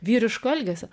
vyriško elgesio